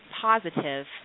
positive